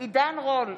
עידן רול,